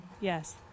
Yes